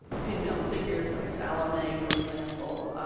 female figures like salome for example